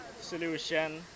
solution